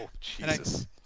Jesus